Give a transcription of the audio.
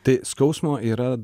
tai skausmo yra